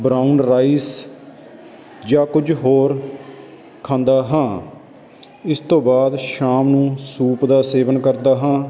brown rice ਜਾਂ ਕੁਝ ਹੋਰ ਖਾਂਦਾ ਹਾਂ ਇਸ ਤੋਂ ਬਾਅਦ ਸ਼ਾਮ ਨੂੰ ਸੂਪ ਦਾ ਸੇਵਨ ਕਰਦਾ ਹਾਂ